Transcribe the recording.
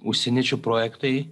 užsieniečių projektai